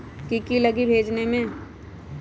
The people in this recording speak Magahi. की की लगी भेजने में?